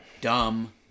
dumb